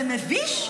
זה מביש?